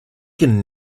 can